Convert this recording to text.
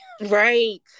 Right